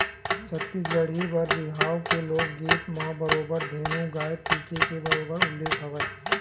छत्तीसगढ़ी बर बिहाव के लोकगीत म बरोबर धेनु गाय टीके के बरोबर उल्लेख हवय